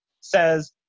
says